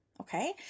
Okay